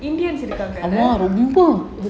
indians இருக்காங்க:irukaanga